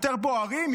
יותר בוערים,